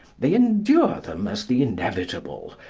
they endure them as the inevitable,